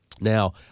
Now